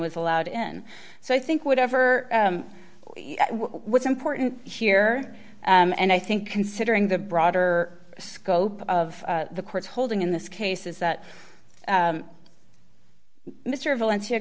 was allowed in so i think whatever what's important here and i think considering the broader scope of the court's holding in this case is that mr valencia